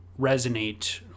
resonate